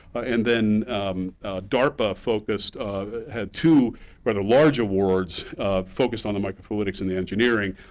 and then darpa focused had two rather large awards focused on the microfluidics and the engineering.